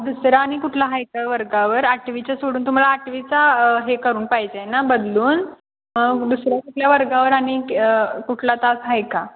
दुसरं आणि कुठला आहे का वर्गावर आठवीच्या सोडून तुम्हाला आठवीचा हे करून पाहिजे ना बदलून मग दुसऱ्या कुठल्या वर्गावर आणि के कुठला तास आहे का